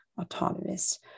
autonomous